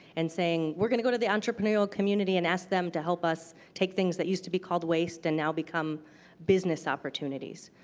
and saying, we're going to go to the entrepreneurial community and ask them to help us take things that used to be called waste and now become business opportunities.